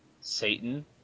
Satan